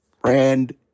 friend